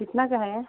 कितने का है